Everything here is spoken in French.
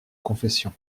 confession